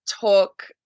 talk